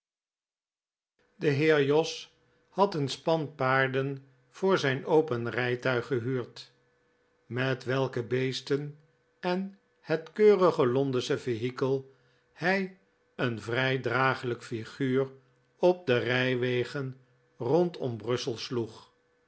e heer jos had een span paardcn voor zijn open rijtuig gehuurd met welke p uk bcestcn en het keurige londensche vehikel hij een vrij dragelijk flguur op de rijwegen rondom brussel sloeg